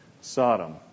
Sodom